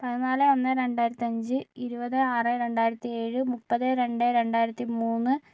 പതിനാല് ഒന്ന് രണ്ടായിരത്തി അഞ്ച് ഇരുപത് ആറ് രണ്ടായിരത്തി ഏഴ് മുപ്പത് രണ്ട് രണ്ടായിരത്തി മൂന്ന്